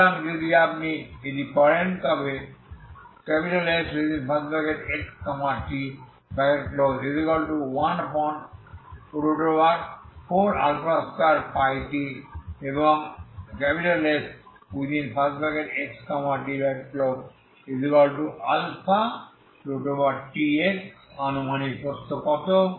সুতরাং যদি আপনি এটি করেন তবে Sxt14α2πtএবং Sxtα2t এর আনুমানিক প্রস্থ কত